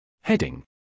Heading